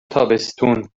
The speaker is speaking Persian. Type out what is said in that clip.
تابستون